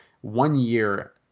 one-year